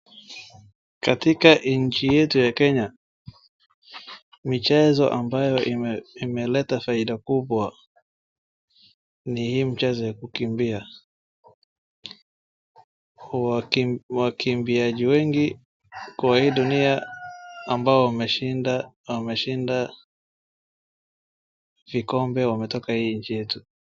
Katika nchi yetu ya Kenya, michezo ambayo ime imeleta faida kubwa ni hii mchezo ya kukimbia. Wakimb-- wakimbiaji wengi kwa hii ambao wameshinda wameshinda vikombe wametoka hii nchi yetu.